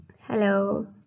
Hello